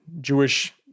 jewish